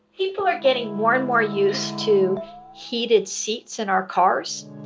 people are getting more and more used to heated seats in our cars,